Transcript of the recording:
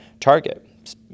target